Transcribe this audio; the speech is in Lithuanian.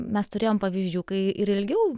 mes turėjom pavyzdžių kai ir ilgiau